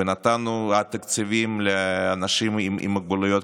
ונתנו העלאת תקציבים לאנשים עם מוגבלויות,